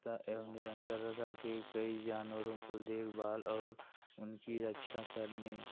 ता एवं निरंतरता कि कई जानवरों को देखभाल और उनकी रक्षा करनी है